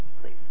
please